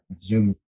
zoom